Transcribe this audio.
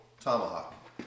tomahawk